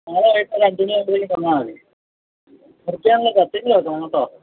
നാളെ വൈകിട്ട് ഒരു അഞ്ചുമണിയാകുമ്പോഴേക്കും തന്നാൽ മതി മുറിക്കാനുള്ള കത്തിയും കൂടെ വെക്കണം കേട്ടോ